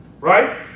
right